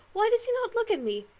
why does he not look at me?